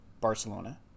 Barcelona